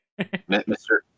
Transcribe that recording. Mr